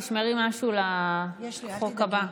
תשמרי משהו לחוק הבא.